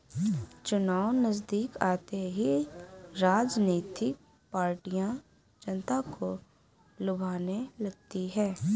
चुनाव नजदीक आते ही राजनीतिक पार्टियां जनता को लुभाने लगती है